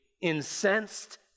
incensed